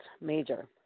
major